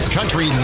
Country